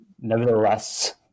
nevertheless